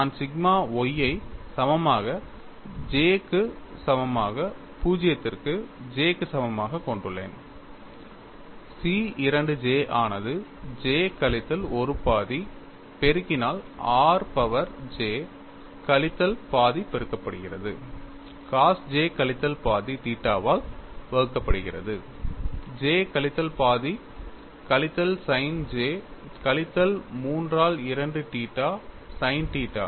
நான் sigma y ஐ சமமாக j க்கு சமமாக 0 க்கு J க்கு சமமாகக் கொண்டுள்ளேன் C 2 j ஆனது j கழித்தல் ஒரு பாதி பெருக்கினால் r பவர் j கழித்தல் பாதி பெருக்கப்படுகிறது cos j கழித்தல் பாதி தீட்டாவால் வகுக்கப்படுகிறது j கழித்தல் பாதி கழித்தல் sin j கழித்தல் 3 ஆல் 2 தீட்டா sin தீட்டா